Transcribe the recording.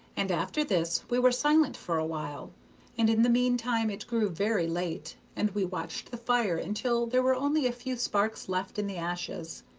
and after this we were silent for a while, and in the mean time it grew very late, and we watched the fire until there were only a few sparks left in the ashes.